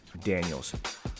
Daniels